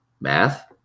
Math